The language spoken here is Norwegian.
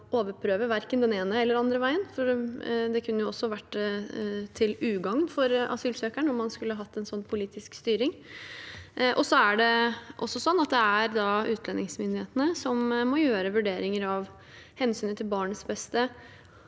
overprøve verken den ene eller den andre veien. Det kunne vært til ugagn for asylsøkeren om man skulle hatt en slik politisk styring. Så er det utlendingsmyndighetene som må gjøre vurderinger av hensynet til barnets beste